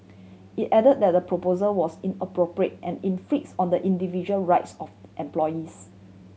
it add that the proposal was inappropriate and on the individual rights of employees